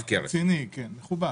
רציני, מכובד.